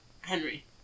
Henry